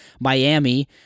Miami